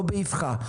לא באבחה.